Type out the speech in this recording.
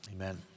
Amen